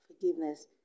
forgiveness